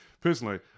Personally